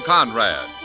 Conrad